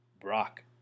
Brock